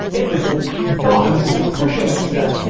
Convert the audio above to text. everything but, and this is the crucial next step,